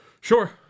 Sure